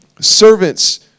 servants